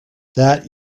that